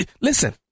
listen